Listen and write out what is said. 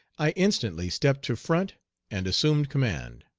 i instantly stepped to front and assumed command.